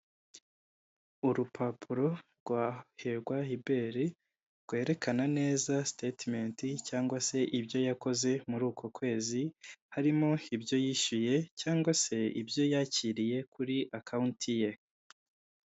Urupapuro rwa hirwa hibei rwerekana neza sitetementi cyangwa se ibyo yakoze muri uko kwezi harimo ibyo yishyuye cyangwa se ibyo yakiriye kuri akawunti ye.